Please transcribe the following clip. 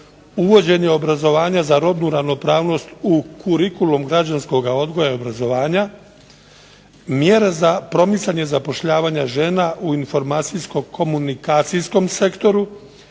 uvođenje obrazovanja za rodnu ravnopravnost u kurikulum građanskog odgoja i obrazovanja, mjere za promicanje zapošljavanja žena u informacijsko-komunikacijskom sektoru